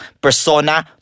persona